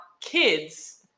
kids